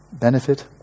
benefit